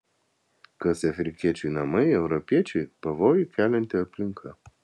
kas afrikiečiui namai europiečiui pavojų kelianti aplinka